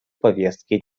повестки